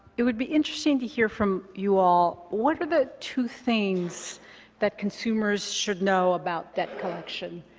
it would be interesting to hear from you all, what are the two things that consumers should know about debt collection,